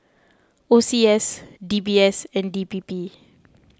O C S D B S and D P P